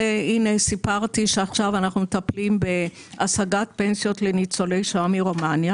סיפרתי שעכשיו אנחנו מטפלים בהשגת פנסיות לניצולי שואה מרומניה.